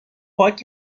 پاک